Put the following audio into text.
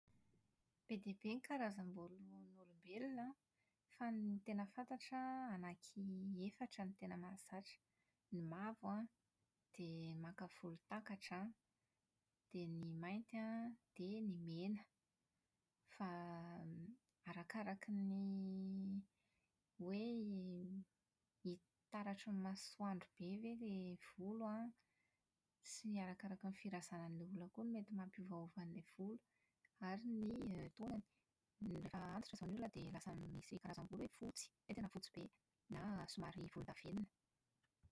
Be dia be ny karazambolon'olom- olombelona an, fa ny tena fantatra an ananky efatra ny tena mahazatra: ny mavo an, dia maka volontakatra an, dia ny mainty ah, dia ny mena. Fa > arakaraka ny hoe hi- taratry ny masoandro be ve ny volo an, sy arakaraka ny firazanan'ilay olona koa ny mety mampiovaova an'ilay volo, ary ny > taonany. Rehefa antitra izao ilay olona dia lasa misy karazam-bolo hoe fotsy, hoe tena fotsy be na somary volondavenona.